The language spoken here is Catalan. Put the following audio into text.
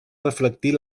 reflectir